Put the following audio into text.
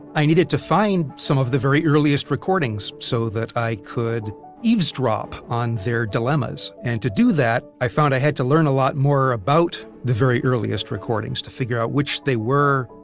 i needed to find some of the very earliest recordings so that i could eavesdrop on their dilemmas. and to do that, i found i had to learn a lot more about the very earliest recordings to figure out which they were,